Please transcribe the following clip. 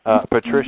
Patricia